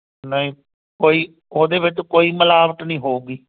ਨਹੀਂ ਕੋਈ ਉਹਦੇ ਵਿੱਚ ਕੋਈ ਮਿਲਾਵਟ ਨਹੀਂ ਹੋਵੇਗੀ